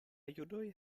judoj